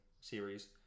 series